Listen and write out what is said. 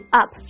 up